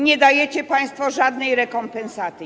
Nie dajecie państwo żadnej rekompensaty.